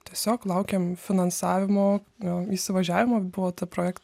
tiesiog laukėm finansavimo m įsivažiavimo buvo tą projekt